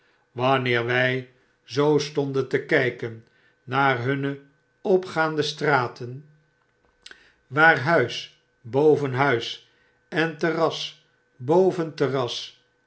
wanneer wy zoo stonden te kyken naar hunne opgaande straten waar huis boven huis en terras boven terras